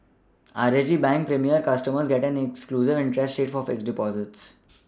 R H B bank Premier customers get an exclusive interest rate for fixed Deposits